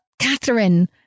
Catherine